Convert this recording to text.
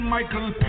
Michael